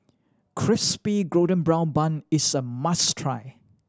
Crispy Golden Brown Bun is a must try